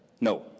No